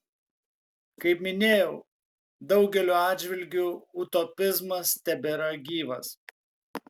kaip minėjau daugeliu atžvilgių utopizmas tebėra gyvas